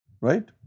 Right